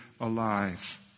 alive